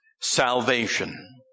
salvation